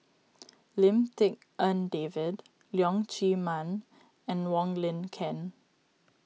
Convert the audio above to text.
Lim Tik En David Leong Chee Mun and Wong Lin Ken